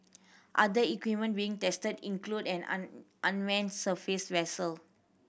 other equipment being tested include an unmanned surface vessel